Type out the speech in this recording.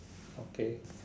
okay